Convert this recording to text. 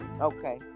Okay